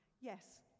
Yes